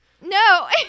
No